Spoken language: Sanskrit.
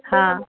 हा